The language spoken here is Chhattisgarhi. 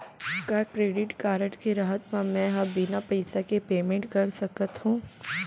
का क्रेडिट कारड के रहत म, मैं ह बिना पइसा के पेमेंट कर सकत हो?